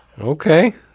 Okay